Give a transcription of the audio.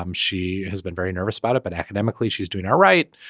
um she has been very nervous about it but academically she's doing all right.